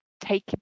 take